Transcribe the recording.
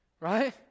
Right